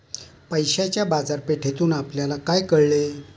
पैशाच्या बाजारपेठेतून आपल्याला काय कळले?